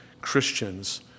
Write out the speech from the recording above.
Christians